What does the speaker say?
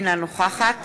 אינה נוכחת